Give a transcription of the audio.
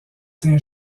saint